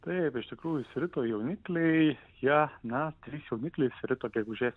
taip iš tikrųjų išsirito jaunikliai jie na trys jaunikliai išsirito gegužės